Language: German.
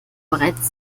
bereits